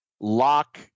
lock